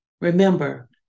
Remember